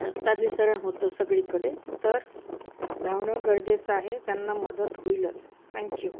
रक्ताभिसरण होतं सगळीकडे तर धावणं गरजेचं आहे त्यांना मदत होईलच थँक्यू